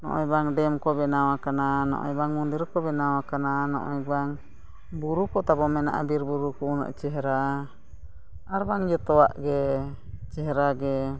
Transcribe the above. ᱱᱚᱜᱼᱚᱭ ᱵᱟᱝ ᱰᱮᱢ ᱠᱚ ᱵᱮᱱᱟᱣ ᱠᱟᱱᱟ ᱱᱚᱜᱼᱚᱭ ᱵᱟᱝ ᱢᱚᱱᱫᱤᱨ ᱠᱚ ᱵᱮᱱᱟᱣ ᱠᱟᱱᱟ ᱱᱚᱜᱼᱚᱭ ᱵᱟᱝ ᱵᱩᱨᱩ ᱠᱚ ᱛᱟᱵᱚᱱ ᱢᱮᱱᱟᱜᱼᱟ ᱵᱤᱨᱼᱵᱩᱨᱩ ᱠᱚ ᱩᱱᱟᱹᱜ ᱪᱮᱦᱨᱟ ᱟᱨ ᱵᱟᱝ ᱡᱚᱛᱚᱣᱟᱜ ᱜᱮ ᱪᱮᱦᱨᱟ ᱜᱮ